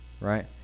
right